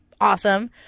Awesome